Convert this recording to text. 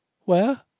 Where